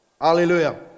hallelujah